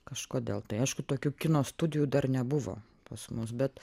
kažkodėl tai aišku tokių kino studijų dar nebuvo pas mus bet